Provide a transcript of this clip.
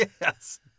yes